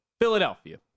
Philadelphia